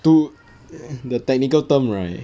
too the technical term right